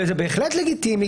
וזה בהחלט לגיטימי,